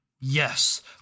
yes